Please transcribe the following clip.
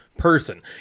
person